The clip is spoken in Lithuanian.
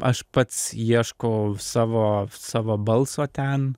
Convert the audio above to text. aš pats ieškau savo savo balso ten